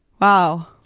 wow